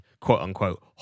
quote-unquote